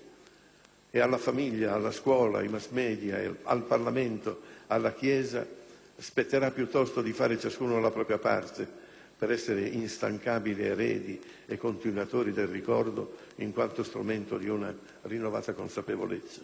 e alla famiglia, alla scuola, ai *mass media*, al Parlamento, alla Chiesa spetterà, piuttosto, di fare ciascuno la propria parte, per essere instancabili eredi e continuatori del ricordo in quanto strumento di una rinnovata consapevolezza.